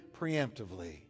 preemptively